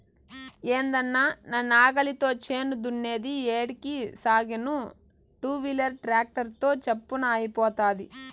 ఏందన్నా నా నాగలితో చేను దున్నేది ఏడికి సాగేను టూవీలర్ ట్రాక్టర్ తో చప్పున అయిపోతాది